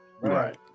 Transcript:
Right